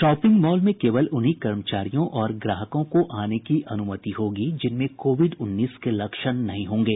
shopping mall में केवल उन्हीं कर्मचारियों और ग्राहकों को आने की अनुमति होगी जिनमें कोविड उन्नीस के लक्षण नहीं होंगे